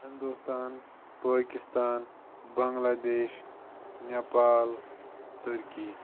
Hindustan Pakistan Bangladesh Nepal turkey